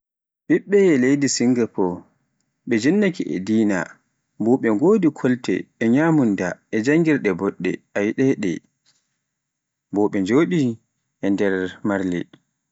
ɓiɓɓe leydi Singapore, ɓe jinnaki e dina, bo ɓe wodi kolte e nyamunda e janngirde boɗɗe a yiɗai ɗe, ɓe njoɗe nder marle.